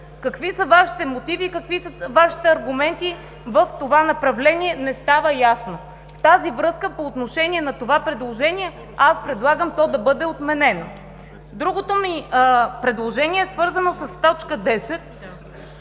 Какви са Вашите мотиви и какви са Вашите аргументи в това направление не става ясно? В тази връзка по отношение на това предложение предлагам то да бъде отменено. Другото ми предложение е свързано с т. 10,